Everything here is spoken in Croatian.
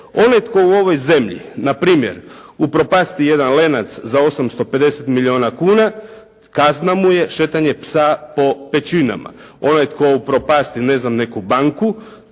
Onaj tko u ovoj zemlji, na primjer upropasti jedan "Lenac" za 850 milijuna kuna, kazna mu je šetanje psa po Pećinama. Onaj tko upropasti neku banku,